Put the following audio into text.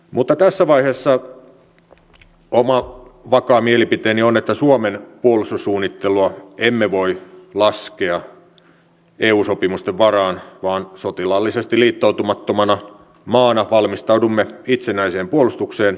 mutta tässä vaiheessa oma vakaa mielipiteeni on että suomen puolustussuunnittelua emme voi laskea eu sopimusten varaan vaan sotilaallisesti liittoutumattomana maana valmistaudumme itsenäiseen puolustukseen